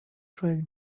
trying